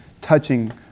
touching